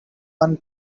one